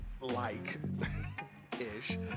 like-ish